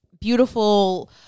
beautiful